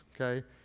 okay